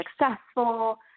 successful